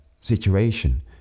situation